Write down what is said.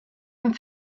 and